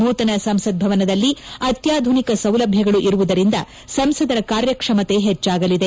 ನೂತನ ಸಂಸತ್ ಭವನದಲ್ಲಿ ಅತ್ಯಾಧುನಿಕ ಸೌಲಭ್ಯಗಳು ಇರುವುದರಿಂದ ಸಂಸದರ ಕಾರ್ಯಕ್ಷಮತೆ ಹೆಚ್ಚಾಗಲಿದೆ